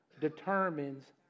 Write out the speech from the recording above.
determines